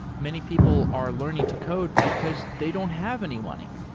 many people are learning to code because they don't have any money.